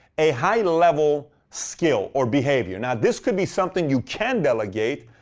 a high level skill or behavior. now this could be something you can delegate,